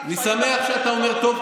אני שמח שאתה אומר "טוב",